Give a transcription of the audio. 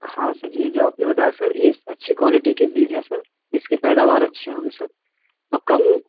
हाँ सर ये जो आपने बताया सर ये अच्छी क्वालिटी के बीज हैं सर इसकी पैदावार अच्छी होगी सर और कम